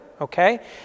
okay